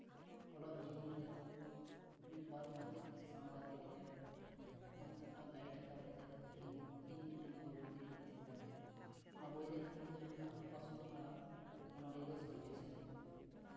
ᱚᱞᱚᱜ ᱡᱤᱭᱚᱱ ᱨᱮ ᱢᱤᱫ ᱵᱟᱨ ᱢᱟᱪᱮᱫ ᱠᱚ ᱥᱟᱶ ᱜᱟᱛᱮ ᱠᱟᱛᱮᱫ ᱢᱟᱪᱮᱫ ᱟᱜ ᱜᱟᱭᱤᱰ ᱦᱟᱛᱟᱣ ᱠᱟᱛᱮᱫ ᱤᱧ ᱢᱤᱫᱴᱮᱱ ᱵᱳᱭ ᱠᱚ ᱠᱤᱨᱤᱧ ᱦᱚᱪᱚᱣ ᱠᱟᱹᱫᱤᱧᱟ ᱚᱱᱟ ᱵᱳᱭ ᱨᱮᱭᱟᱜ ᱧᱩᱛᱩᱢ ᱫᱚ ᱦᱩᱭᱩᱜ ᱠᱟᱱᱟ ᱟᱯᱟᱥᱩᱞᱚᱜ ᱟᱲᱟᱝ ᱚᱱᱚᱞᱤᱭᱟᱹ ᱫᱚ ᱥᱚᱧᱡᱚᱭ ᱥᱚᱨᱮᱱ